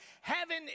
Heaven